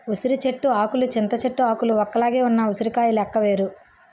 ఉసిరి చెట్టు ఆకులు చింత చెట్టు ఆకులు ఒక్కలాగే ఉన్న ఉసిరికాయ లెక్క వేరు